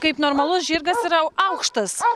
kaip normalus žirgas yra aukštas